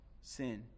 sin